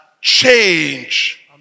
change